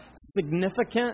significant